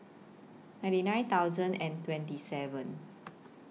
ninety nine thousand and twenty seven